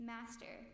Master